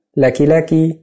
laki-laki